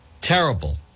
Terrible